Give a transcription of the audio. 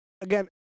again